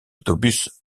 autobus